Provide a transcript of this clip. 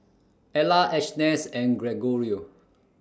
Ela Agness and Gregorio